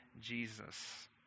Jesus